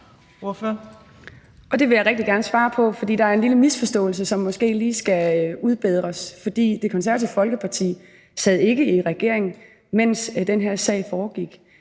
Det vil jeg rigtig gerne svare på, for der er en lille misforståelse, som måske lige skal udbedres. For Det Konservative Folkeparti sad ikke i regering, mens den her sag foregik.